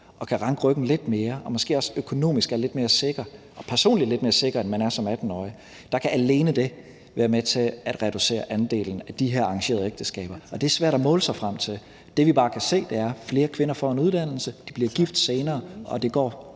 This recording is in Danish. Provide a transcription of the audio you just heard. og kan ranke ryggen lidt mere og måske også økonomisk er lidt mere sikre og personligt lidt mere sikre, end man er som 18-årig, være med til at reducere andelen af de her arrangerede ægteskaber. Det er svært at måle sig frem til, men det, vi bare kan se, er, at flere kvinder får en uddannelse, at de bliver gift senere, og at det